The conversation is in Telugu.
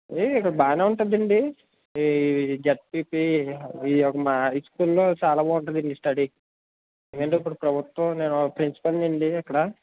ఇది బాగానే ఉంటుందండి ఈ జట్పీపీ ఈ మా హైస్కూల్లో చాలా బాగుంటుందండి స్టడీ ఏమంటే ఇప్పుడు ప్రభుత్వం కదా ప్రిన్సిపల్నండీ అక్కడ